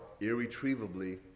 irretrievably